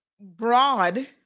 broad